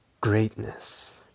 greatness